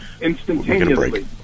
instantaneously